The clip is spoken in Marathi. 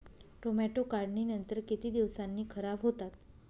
टोमॅटो काढणीनंतर किती दिवसांनी खराब होतात?